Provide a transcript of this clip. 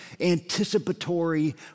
anticipatory